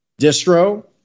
Distro